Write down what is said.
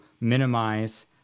minimize